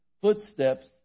footsteps